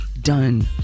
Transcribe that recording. done